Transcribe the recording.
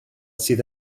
sydd